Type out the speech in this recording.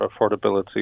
affordability